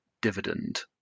dividend